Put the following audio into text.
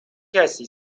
کسی